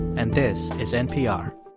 and this is npr